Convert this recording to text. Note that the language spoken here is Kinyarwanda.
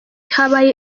habaye